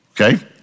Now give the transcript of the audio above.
okay